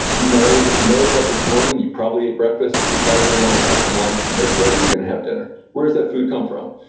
know know that this morning you probably ate breakfast, you're probably going to want to have some lunch and maybe later you're going to have dinner where does that food come from?